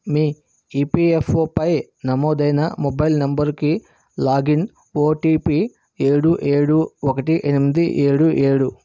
మీ ఈపిఎఫ్ఓపై నమోదైన మొబైల్ నంబరుకి లాగిన్ ఓటీపీ ఏడు ఏడు ఒకటి ఎనిమిది ఏడు ఏడు